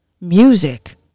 music